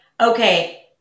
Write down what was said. okay